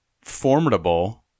formidable